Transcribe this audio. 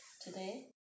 today